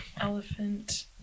Elephant